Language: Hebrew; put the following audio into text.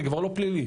זה כבר לא פלילי.